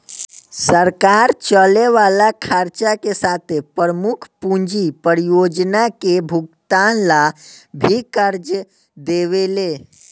सरकार चले वाला खर्चा के साथे प्रमुख पूंजी परियोजना के भुगतान ला भी कर्ज देवेले